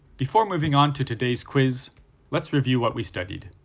before moving on to today's quiz let's review what we studied.